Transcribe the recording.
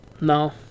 No